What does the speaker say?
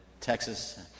Texas